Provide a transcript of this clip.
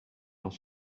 dans